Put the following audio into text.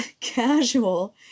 casual